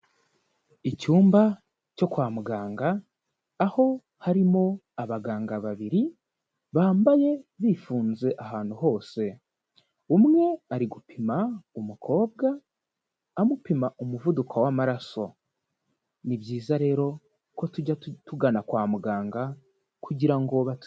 Icyumba cyo kwa muganga, aho harimo abaganga babiri bambaye bifunze ahantu hose. Umwe ari gupima umukobwa amupima umuvuduko w'amaraso, ni byiza rero ko tujya tugana kwa muganga kugira ngo batu...